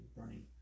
running